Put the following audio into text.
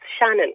Shannon